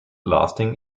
lasting